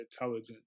intelligence